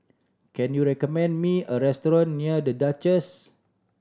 can you recommend me a restaurant near The Duchess